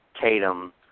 Tatum